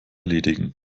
erledigen